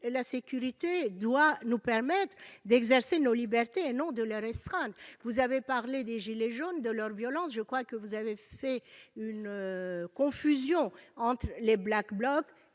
la sécurité doit nous permettre d'exercer nos libertés et non de les restreindre. Vous avez parlé des « gilets jaunes » et de leur violence. Je crois que vous les confondez avec les Black Blocs